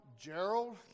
Gerald